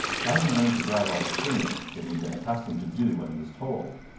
diamond learned to drive all the sooner that he had been accustomed to do what he was told,